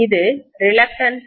இது reluctance R